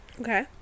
Okay